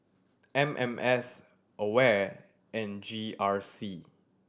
M M S AWARE and G R C